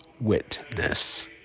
witness